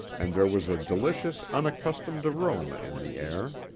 and there was a delicious, unaccustomed aroma in the air.